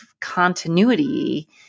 continuity